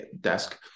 desk